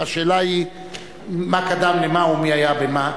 השאלה היא מה קדם למה ומי היה במה.